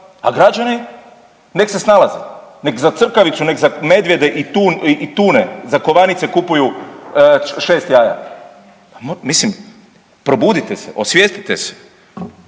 a građani nek' se snalaze, nek' za crkavicu, nek' za medvjede i tune za kovanice kupuju 6 jaja. Pa mislim probudite se, osvijestite se!